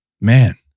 man